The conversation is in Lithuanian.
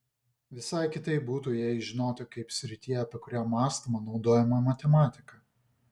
visai kitaip būtų jei žinotų kaip srityje apie kurią mąstoma naudojama matematika